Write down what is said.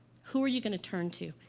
who are you going to turn to?